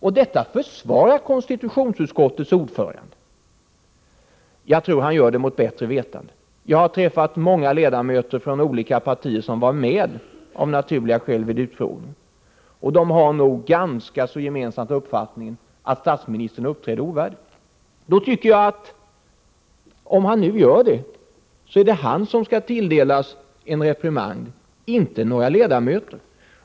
Och detta försvarar konstitutionsutskottets ordförande! Jag tror han gör det mot bättre vetande. Jag har träffat många ledamöter, från olika partier, som var med vid utskottsutfrågningen. De har haft en ganska gemensam uppfattning om att statsministern uppträdde ovärdigt. Om han nu gör det, då tycker jag att det är han som skall tilldelas en reprimand — inte någon ledamot i utskottet.